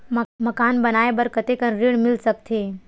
मकान बनाये बर कतेकन ऋण मिल सकथे?